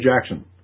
Jackson